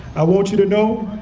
i want you to know,